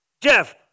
Jeff